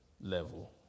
level